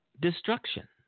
destruction